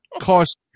cost